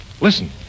Listen